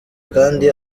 kandi